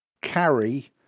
carry